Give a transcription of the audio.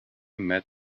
met